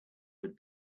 had